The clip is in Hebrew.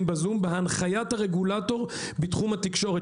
בזום בהנחיית הרגולטור בתחום התקשורת,